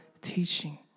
teaching